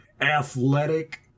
athletic